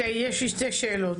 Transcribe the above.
יש לי שתי שאלות.